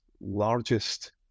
largest